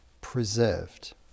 preserved